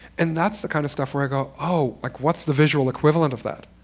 and that's the kind of stuff where i go, oh, like, what's the visual equivalent of that?